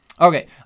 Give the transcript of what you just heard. Okay